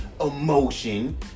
emotion